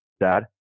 Dad